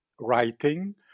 writing